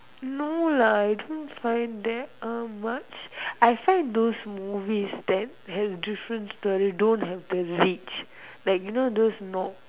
no lah I don't find that uh much I find those movies that have different stories don't have the reach like you know those no